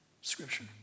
scripture